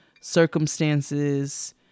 circumstances